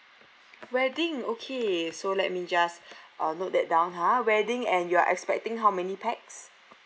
wedding okay so let me just uh note that down ha wedding and you're expecting how many pax